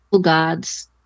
gods